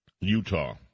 Utah